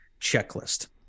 checklist